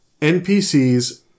NPCs